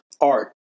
art